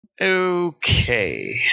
Okay